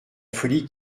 folie